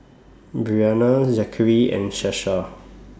Briana Zackery and Sasha